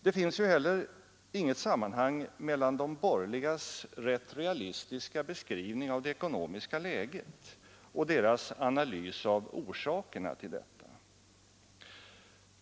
Det finns ju heller inget sammanhang mellan de borgerligas rätt realistiska beskrivning av det ekonomiska läget och deras analys av orsakerna till detta.